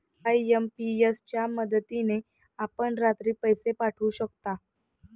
IMPS च्या मदतीने आपण रात्री पैसे पाठवू शकता